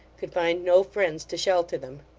could find no friends to shelter them.